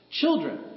Children